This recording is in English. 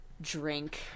drink